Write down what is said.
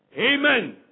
Amen